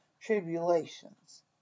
tribulations